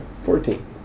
Fourteen